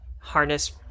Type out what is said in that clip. harness